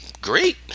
great